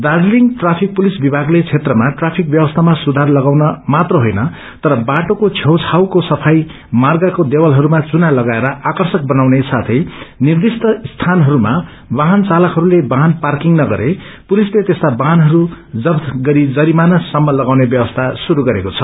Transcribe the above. Darjeeling traffic police विथागले क्षेत्रामा traffic व्यवसीम सुधार ल्याउन मात्र होईन तर बाटोको छेउछाउको सफाई मार्गका देवलहरूमा युना लगाउर आकृषक बनाउने साथै निर्दिश्ट स्थानहरूमा वाहन चालकहरूले वाहन पीकिंग नगरे पुलिसले त्यस्ता वाहनहरू जफ्त गरि जरीमाना सम्म लागाउने व्वस्ती श्रुरू गरेको छ